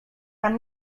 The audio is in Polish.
pan